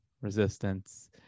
resistance